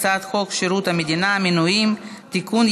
הצעת חוק שירות המדינה (מינויים) (תיקון,